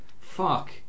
fuck